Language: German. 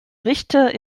richter